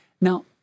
Now